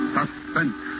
Suspense